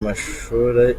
mashuri